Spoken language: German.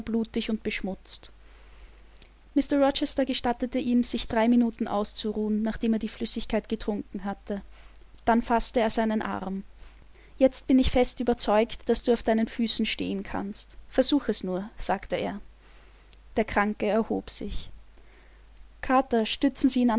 und beschmutzt mr rochester gestattete ihm sich drei minuten auszuruhen nachdem er die flüssigkeit getrunken hatte dann faßte er seinen arm jetzt bin ich fest überzeugt daß du auf deinen füßen stehen kannst versuch es nur sagte er der kranke erhob sich carter stützen sie